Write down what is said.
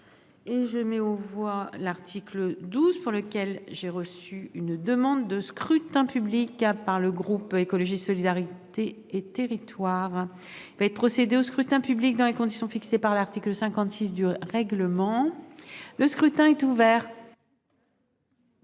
Je mets aux voix l'article 19. J'ai été saisie d'une demande de scrutin public émanant du groupe Écologiste - Solidarité et Territoires. Il va être procédé au scrutin dans les conditions fixées par l'article 56 du règlement. Le scrutin est ouvert.